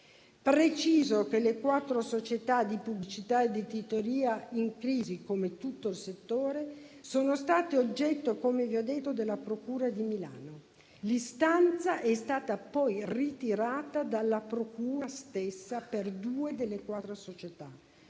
Preciso che le quattro società di pubblicità ed editoria, in crisi come tutto il settore, sono state oggetto - come vi ho detto - della procura di Milano. L'istanza è stata poi ritirata dalla procura stessa per due delle quattro società;